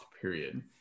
period